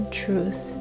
truth